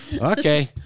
Okay